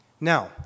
Now